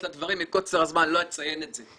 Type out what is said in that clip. לדברים ומקוצר הזמן אני לא אציין את זה.